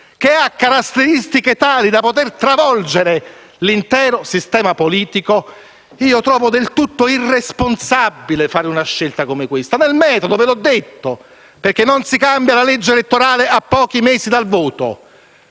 caratteristiche, tali da poter travolgere l'intero sistema politico, io trovo del tutto irresponsabile fare una scelta come questa, nel metodo. Non si cambia la legge elettorale a pochi mesi dal voto.